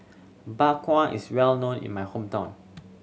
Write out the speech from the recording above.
Bak Kwa is well known in my hometown